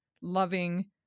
loving